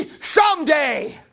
someday